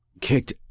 kicked